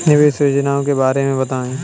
निवेश योजना के बारे में बताएँ?